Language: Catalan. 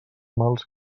mals